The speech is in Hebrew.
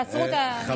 תעצרו, אי-אפשר.